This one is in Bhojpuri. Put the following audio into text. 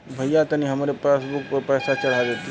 भईया तनि हमरे पासबुक पर पैसा चढ़ा देती